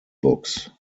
books